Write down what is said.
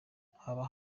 haba